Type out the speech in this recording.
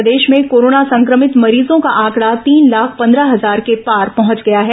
प्रदेश में कोरोना संक्रमित मरीजों का आंकड़ा तीन लाख पंदह हजार के पार पहंच गया है